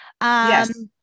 Yes